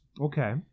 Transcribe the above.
Okay